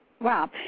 Wow